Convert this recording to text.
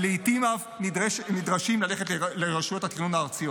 לעיתים אף נדרשים ללכת לרשויות התכנון הארציות.